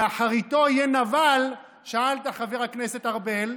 ואחריתו יהיה נבל, שאלת, חבר הכנסת ארבל.